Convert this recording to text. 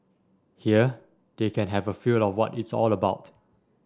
here they can have a feel of what it's all about